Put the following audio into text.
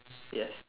yes